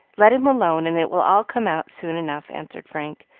let him alone, and it will all come out soon enough, answered frank,